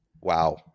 Wow